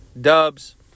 Dubs